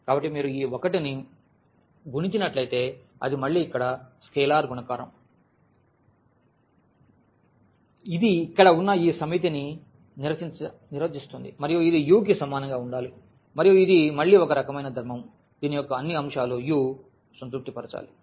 కాబట్టి మీరు ఈ 1 ని గుణించినట్లయితే అది మళ్ళీ ఇక్కడ స్కేలార్ గుణకారం ఇది ఇక్కడ ఉన్న ఈ సమితి నిర్వచించబడాలి మరియు ఇది u కి సమానంగా ఉండాలి మరియు ఇది మళ్ళీ ఒక రకమైన ధర్మము దీని యొక్క అన్ని అంశాలు u సంతృప్తి పరచాలి